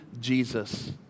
Jesus